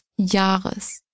Jahres